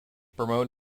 promote